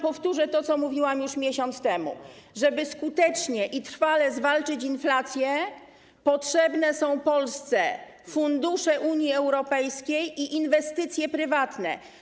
Powtórzę wam to, co mówiłam już miesiąc temu: żeby skutecznie i trwale zwalczyć inflację, Polsce potrzebne są fundusze Unii Europejskiej i inwestycje prywatne.